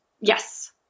Yes